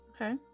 Okay